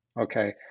okay